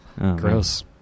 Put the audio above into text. Gross